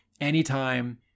anytime